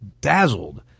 dazzled